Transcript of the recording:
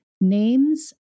names